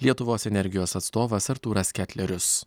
lietuvos energijos atstovas artūras ketlerius